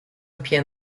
appear